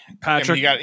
Patrick